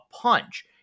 punch